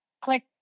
click